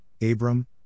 Abram